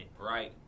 right